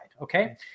Okay